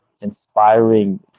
inspiring